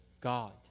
God